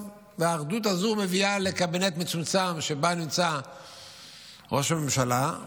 האחדות הזאת מביאה לקבינט מצומצם שבו נמצא ראש הממשלה,